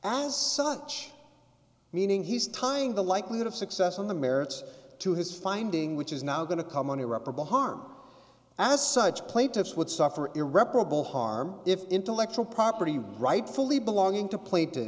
as such meaning he's tying the likelihood of success on the merits to his finding which is now going to come on irreparable harm as such plaintiffs would suffer irreparable harm if intellectual property rights fully belonging to played to